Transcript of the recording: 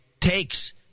takes